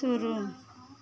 शुरू